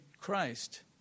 Christ